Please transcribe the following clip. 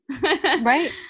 right